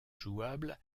jouable